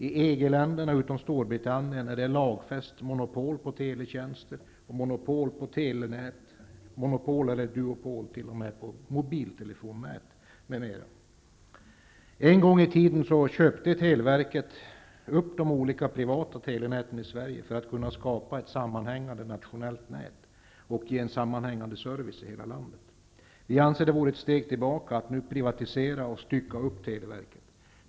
I EG-länderna, dock inte i Storbritannien, finns det ett lagfäst monopol på teletjänster, monopol på telenät och monopol, ja, t.o.m. duopol, på mobiltelefonnät m.m. En gång i tiden köpte televerket upp de olika privata telenäten i Sverige för att kunna skapa ett sammanhängande nationellt nät och för att kunna ge en sammanhängande service i hela landet. Vi anser att det vore att ta ett steg tillbaka att nu privatisera och stycka upp televerket.